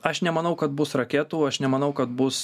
aš nemanau kad bus raketų aš nemanau kad bus